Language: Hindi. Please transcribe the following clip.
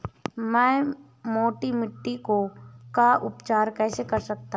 मैं मोटी मिट्टी का उपचार कैसे कर सकता हूँ?